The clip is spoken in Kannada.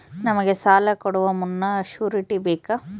ನಮಗೆ ಸಾಲ ಕೊಡುವ ಮುನ್ನ ಶ್ಯೂರುಟಿ ಬೇಕಾ?